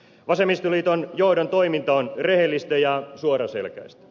vasemmistoliiton johdon toiminta on rehellistä ja suoraselkäistä